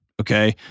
Okay